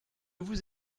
vous